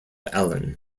allen